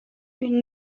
une